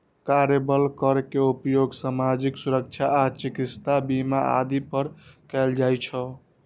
कार्यबल कर के उपयोग सामाजिक सुरक्षा आ चिकित्सा बीमा आदि पर कैल जाइ छै